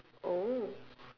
oh